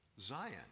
Zion